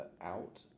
out